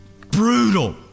brutal